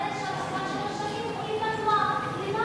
לאחר שלוש שנים הוא בונה עוד קומה למעלה.